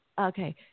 Okay